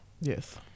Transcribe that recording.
Yes